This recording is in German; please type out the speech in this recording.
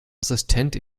assistent